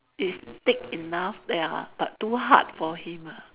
is thick enough ya but too hard for him ah